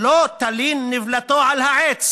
לא תלין נִבְלָתו על העץ